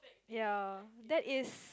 ya that is